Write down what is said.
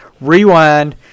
Rewind